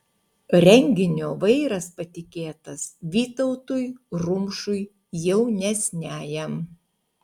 renginio vairas patikėtas vytautui rumšui jaunesniajam